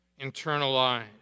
internalized